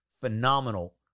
phenomenal